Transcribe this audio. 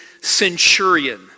centurion